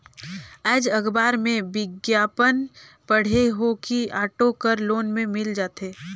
आएज अखबार में बिग्यापन पढ़े हों कि ऑटो हर लोन में मिल जाथे